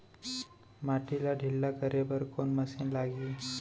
माटी ला ढिल्ला करे बर कोन मशीन लागही?